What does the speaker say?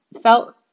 felt